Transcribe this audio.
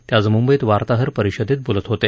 ते आज मुंबईत वार्ताहर परिषदेत बोलत होते